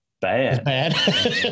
bad